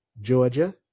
Georgia